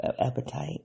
appetite